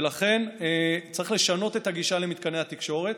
ולכן צריך לשנות את הגישה למתקני התקשורת.